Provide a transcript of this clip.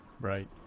Right